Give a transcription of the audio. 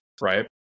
right